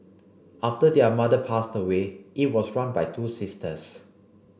after their mother passed away it was run by two sisters